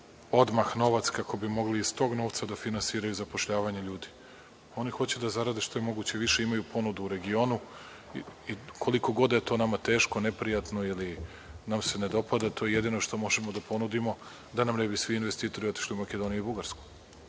odmah novac kako bi mogli iz tog novca da finansiraju zapošljavanje ljudi. Oni hoće da zarade što je moguće više, imaju ponude u regionu i koliko god da je to nama teško, neprijatno ili nam se ne dopada, to je jedino što možemo da ponudimo da nam ne bi svi investitori otišli u Makedoniju i Bugarsku.